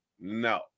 No